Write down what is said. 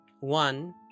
One